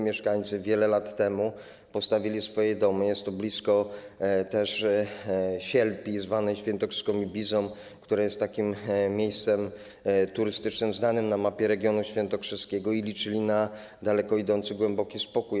Mieszkańcy wiele lat temu postawili swoje domy - jest to blisko też Sielpi, zwanej świętokrzyską Ibizą, która jest miejscem turystycznym znanym na mapie regionu świętokrzyskiego - i liczyli na daleko idący, głęboki spokój.